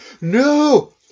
no